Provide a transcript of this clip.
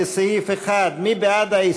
מנואל טרכטנברג,